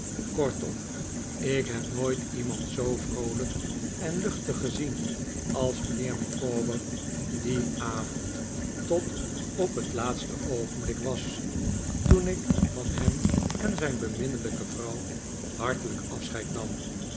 kortom ik heb nooit iemand zoo vroolijk en luchtig gezien als mijnheer micawber dien avond tot op het laatste oogenblik was toen ik van hem en zijn beminnelijke vrouw hartelijk afscheid nam